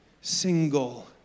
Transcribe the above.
single